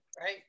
Right